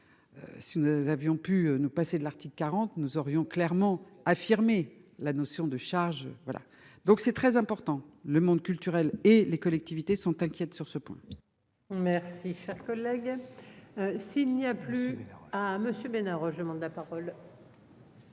Si nous avions pu nous passer de l'article 40 nous aurions clairement affirmé la notion de charge. Voilà donc c'est très important le monde culturel et les collectivités sont inquiète sur ce point. Merci cher collègue. S'il n'y a plus à Monsieur Bénard, je demande la parole.